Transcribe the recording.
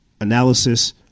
analysis